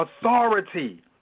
authority